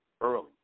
early